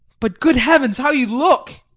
but, good heavens, how you look!